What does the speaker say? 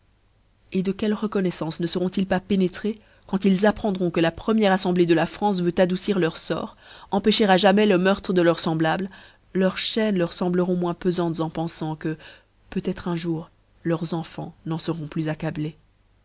et de quelle reconnoiffance ne feront ils pas pénéapprendront que la première afiemblée de la france veut adoucir leur fort empêcher a jamais le meurtre de leurs semblables leurs chaînes leur fembleront moins peintes en pendant que peut être un jour leurs enfans n'en feront plus